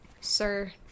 sir